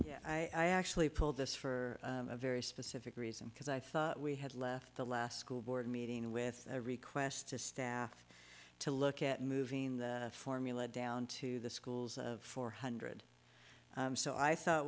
julie i actually pulled this for a very specific reason because i thought we had left the last school board meeting with a request to staff to look at moving the formula down to the schools of four hundred so i thought